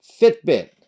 Fitbit